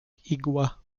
igła